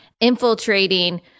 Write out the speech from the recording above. infiltrating